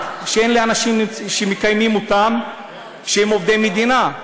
כשאין אנשים שמקיימים אותם שהם עובדי מדינה.